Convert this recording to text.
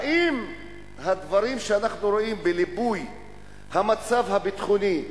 האם הדברים שאנחנו רואים בליבוי המצב הביטחוני,